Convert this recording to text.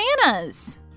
bananas